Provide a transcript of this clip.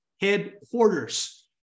headquarters